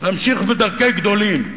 להמשיך בדרכי גדולים.